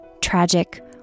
tragic